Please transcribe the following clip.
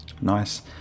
Nice